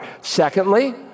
Secondly